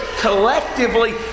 collectively